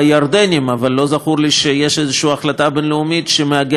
אבל לא זכור שיש החלטה בין-לאומית שמעגנת את הזכויות